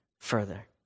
further